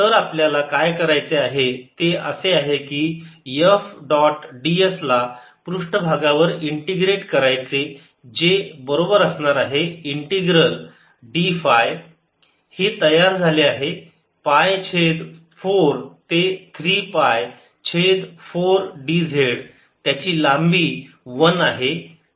तर आपल्याला काय करायचे आहे ते असे आहे की F डॉट ds ला पृष्ठभागावर इंटिग्रेट करायचे जे बरोबर असणार आहे इंटिग्रल d फाय हे तयार झाले आहे पाय छेद 4 ते 3 पाय छेद 4 dz त्याची लांबी 1 आहे